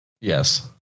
Yes